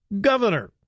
governor